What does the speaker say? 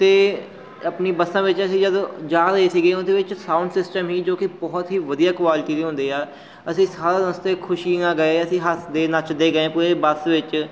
ਅਤੇ ਆਪਣੀ ਬੱਸਾਂ ਵਿੱਚ ਅਸੀਂ ਜਦੋਂ ਜਾ ਰਹੇ ਸੀਗੇ ਉਹਦੇ ਵਿੱਚ ਸਾਊਂਡ ਸਿਸਟਮ ਸੀ ਜੋ ਕਿ ਬਹੁਤ ਹੀ ਵਧੀਆ ਕੁਆਲਟੀ ਦੇ ਹੁੰਦੇ ਆ ਅਸੀਂ ਸਾਰਾ ਰਸਤੇ ਖੁਸ਼ੀ ਨਾਲ ਗਏ ਅਸੀਂ ਹੱਸਦੇ ਨੱਚਦੇ ਗਏ ਪੂਰੇ ਬੱਸ ਵਿੱਚ